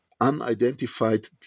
unidentified